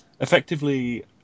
Effectively